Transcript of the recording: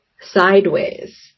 sideways